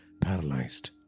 paralyzed